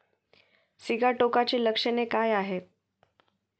सिगाटोकाची लक्षणे काय आहेत?